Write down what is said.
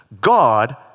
God